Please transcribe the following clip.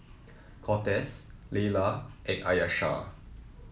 Cortez Laylah and Ayesha